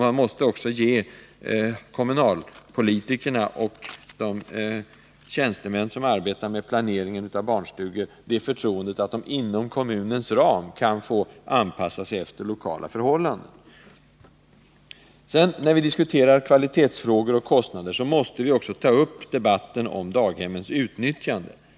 Man måste också ge kommunalpolitikerna och de tjänstemän som arbetar med planeringen av barnstugor det förtroendet att de inom kommunens ram får anpassa sig efter lokala förhållanden. När vi diskuterar kvalitetsfrågor och kostnader måste vi också ta upp debatten om daghemmens utnyttjande.